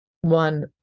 one